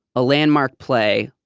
a landmark play,